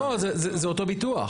לא, זה אותו ביטוח.